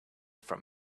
from